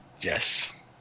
Yes